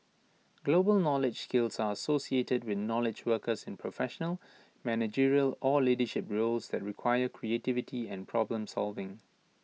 global knowledge skills are associated with knowledge workers in professional managerial or leadership roles that require creativity and problem solving